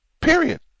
period